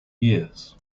years